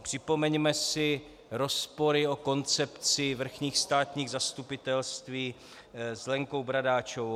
Připomeňme si rozpory a koncepci vrchních státních zastupitelství s Lenkou Bradáčovou.